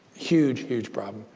huge, huge problem.